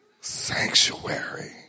sanctuary